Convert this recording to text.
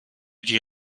die